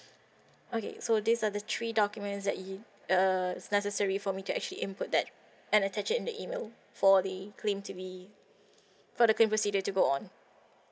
okay so these are the three documents that it uh is necessary for me to actually input that and attach it in the email for the claim to be for the claim procedure to go on